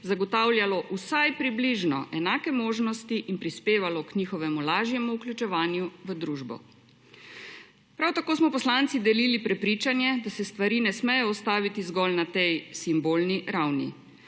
zagotavljalo vsaj približno enake možnosti in prispevalo k njihovemu lažjemu vključevanju v družbo. Prav tako smo poslanci delili prepričanje, da se stvari ne smejo ustaviti zgolj na tej simbolni ravni.